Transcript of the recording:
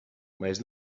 mas